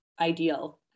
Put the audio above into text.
ideal